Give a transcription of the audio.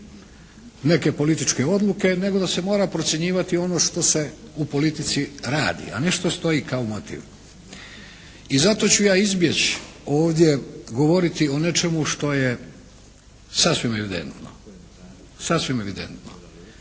neke političke odluke, nego da se mora procjenjivati ono što se u politici radi, a ne što stoji kao motiv. I zato ću ja izbjeći ovdje govoriti o nečemu što je sasvim evidentno.